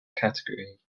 category